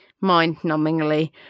mind-numbingly